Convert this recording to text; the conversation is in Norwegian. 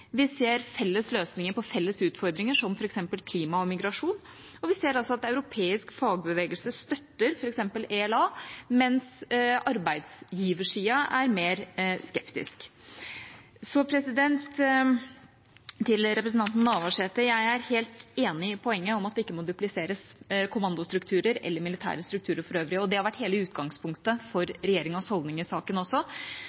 vi ser felles løsninger på felles utfordringer, som f.eks. klima og migrasjon, og vi ser at europeisk fagbevegelse støtter f.eks. ELA, mens arbeidsgiversiden er mer skeptisk. Til representanten Navarsete: Jeg er helt enig i poenget om at kommandostrukturer eller militære strukturer for øvrig ikke må dupliseres, og det har også vært hele utgangspunktet for